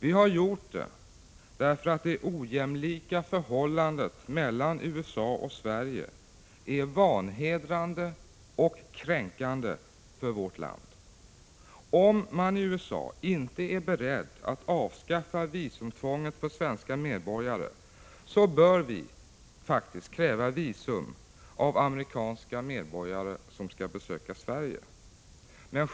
Vi har gjort det därför att det ojämlika förhållandet mellan USA och Sverige är vanhedrande och kränkande för vårt land. Om man i USA inte är beredd att avskaffa visumtvånget för svenska medborgare, bör vi kräva visum av amerikanska medborgare som skall besöka Sverige.